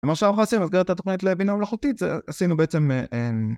מה שאנחנו עושים לסגירת ה"תוכנית לבינה המלאכותית", זה, עשינו בעצם, אה...